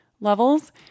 levels